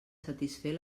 satisfer